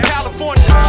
California